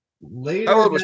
later